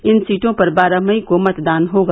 इन सीटों पर बारह मई को मतदान होगा